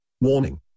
Warning